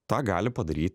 tą gali padaryt